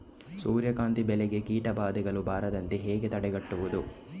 ಸೂರ್ಯಕಾಂತಿ ಬೆಳೆಗೆ ಕೀಟಬಾಧೆಗಳು ಬಾರದಂತೆ ಹೇಗೆ ತಡೆಗಟ್ಟುವುದು?